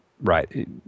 Right